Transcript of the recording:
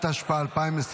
(תיקון), התשפ"ה 2024,